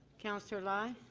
councillor lai.